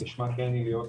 כשמה כן היא,